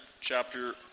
chapter